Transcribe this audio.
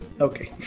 Okay